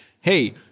Hey